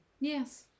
Yes